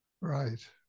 Right